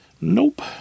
Nope